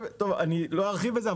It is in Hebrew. לא ארחיב על זה,